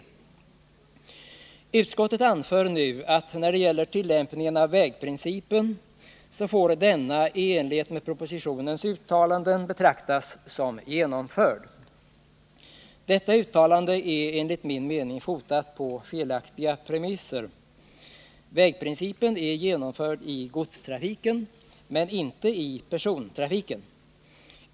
Utskottet anför nu när det gäller tillämpningen av vägprincipen att denna i enlighet med propositionens uttalanden får betraktas som genomförd. Detta uttalande är enligt min mening fotat på felaktiga premisser. Vägprincipen är genomförd i godstrafiken men inte i persontrafiken.